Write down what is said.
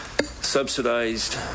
subsidized